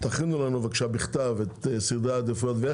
תכינו לנו בבקשה בכתב את סדרי העדיפויות ואיך